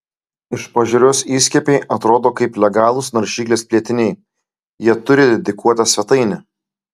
iš pažiūros įskiepiai atrodo kaip legalūs naršyklės plėtiniai jie turi dedikuotą svetainę